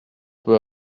peut